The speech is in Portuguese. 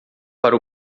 para